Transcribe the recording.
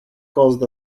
caused